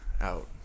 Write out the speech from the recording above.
out